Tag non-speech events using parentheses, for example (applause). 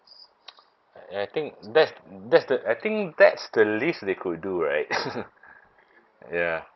(noise) I think that's that's the I think that's the least they could do right (laughs) ya